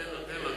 תן לו.